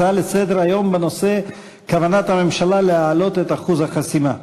הצעה לסדר-היום בנושא: כוונת הממשלה להעלות את אחוז החסימה,